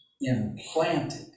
implanted